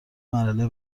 مرحله